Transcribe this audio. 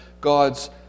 God's